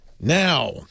Now